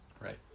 Right